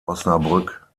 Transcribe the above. osnabrück